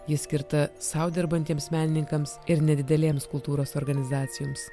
ji skirta sau dirbantiems menininkams ir nedidelėms kultūros organizacijoms